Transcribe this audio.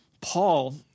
Paul